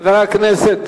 חבר הכנסת